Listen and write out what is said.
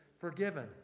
forgiven